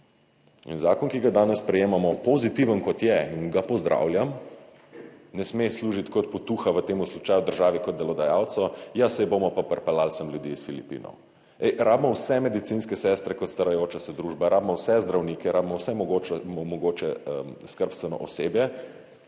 zakon, ki ga danes sprejemamo, pozitiven kot je in ga pozdravljam, ne sme služiti kot potuha v tem slučaju državi kot delodajalcu, ja, saj bomo pa pripeljali sem ljudi iz Filipinov, ej, rabimo vse medicinske sestre kot starajoča se družba, rabimo vse zdravnike, rabimo vse mogoče skrbstveno osebje,